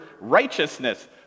righteousness